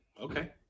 Okay